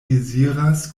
deziras